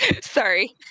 Sorry